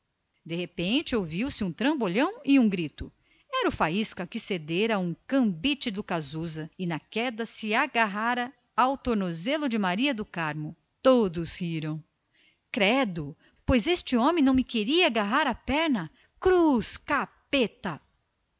de repente ouviu-se um trambolhão e um grito era o faísca que cedera a um cambite do casusa indo cair aos pés de maria do carmo todos riram credo gritou a velha pois este homem não me queria agarrar a perna cruz capeta